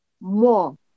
more